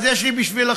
אז יש לי בשבילכם,